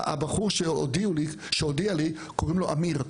הבחור שהודיע לי קוראים לו אמיר,